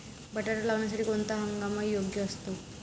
बटाटा लावण्यासाठी कोणता हंगाम योग्य असतो?